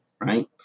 right